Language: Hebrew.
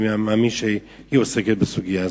אני מניח שהיא עוסקת בסוגיה הזו.